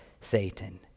satan